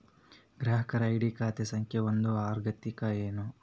ಗ್ರಾಹಕರ ಐ.ಡಿ ಖಾತೆ ಸಂಖ್ಯೆ ಒಂದ ಆಗಿರ್ತತಿ ಏನ